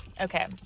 Okay